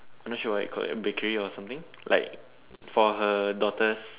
I'm not sure what you call it bakery or something like for her daughter's